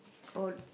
oh